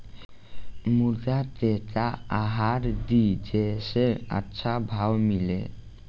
मुर्गा के का आहार दी जे से अच्छा भाव मिले?